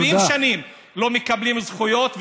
70 שנים לא מקבלים זכויות,